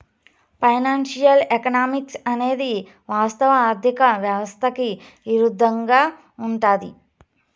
financial economics అనేది వాస్తవ ఆర్థిక వ్యవస్థకి ఇరుద్దంగా ఉంటది